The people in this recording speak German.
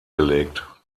gelegt